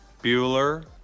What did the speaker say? Bueller